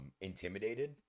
intimidated